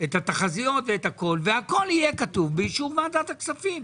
את התחזיות ואת הכול והכול יהיה כתוב באישור ועדת הכספים.